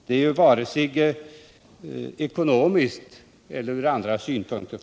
Det är inte försvarbart från vare sig ekonomiska eller andra synpunkter.